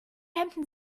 hemden